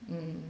mm